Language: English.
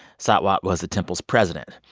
satwant was the temple's president.